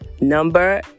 Number